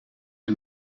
een